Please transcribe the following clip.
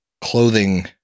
clothing